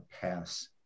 pass